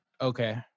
Okay